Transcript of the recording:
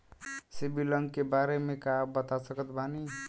CIBIL अंक के बारे मे का आप बता सकत बानी?